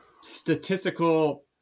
statistical